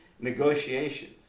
negotiations